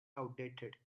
outdated